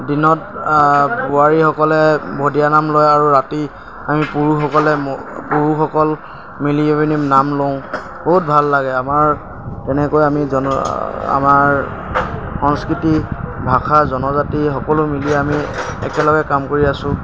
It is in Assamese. দিনত বোৱাৰীসকলে ভদীয়া নাম লয় আৰু ৰাতি আমি পুৰুষসকলে পুৰুষসকল মিলি পিনি নাম লওঁ বহুত ভাল লাগে আমাৰ তেনেকৈ আমি জন আমাৰ সংস্কৃতি ভাষা জনজাতি সকলো মিলি আমি একেলগে কাম কৰি আছো